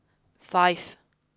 five